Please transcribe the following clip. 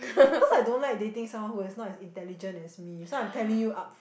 cause I don't like dating someone who is not as intelligent as me so I am telling you up